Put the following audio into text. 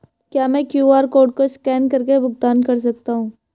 क्या मैं QR code को स्कैन करके भुगतान कर सकता हूं?